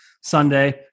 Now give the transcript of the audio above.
Sunday